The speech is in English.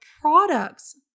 products